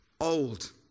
old